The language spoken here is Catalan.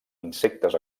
insectes